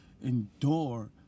endure